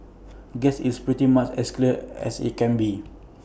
guess it's pretty much as clear as IT can be